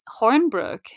Hornbrook